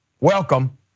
welcome